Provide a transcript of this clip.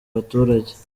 baturage